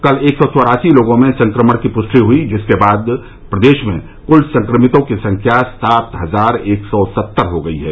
कल एक सौ चौरासी लोगों में संक्रमण की पृष्टि हुई जिसके बाद प्रदेश में कुल संक्रमितों की संख्या सात हजार एक सौ स्तर हो गई है